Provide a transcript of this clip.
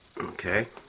Okay